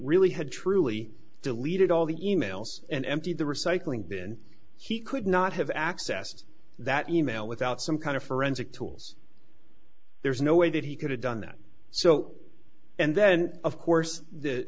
really had truly deleted all the e mails and emptied the recycling bin he could not have access to that e mail without some kind of forensic tools there's no way that he could have done that so and then of course the